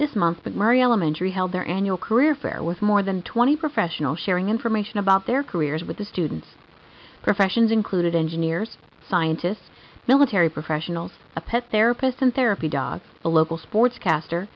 this month but murray elementary held their annual career fair with more than twenty professional sharing information about their careers with the students professions included engineers scientists military professionals a pest therapist and therapy dogs a local sportscaster